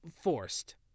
forced